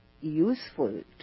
useful